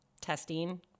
testing